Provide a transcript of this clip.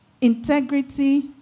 integrity